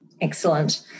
excellent